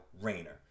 Rayner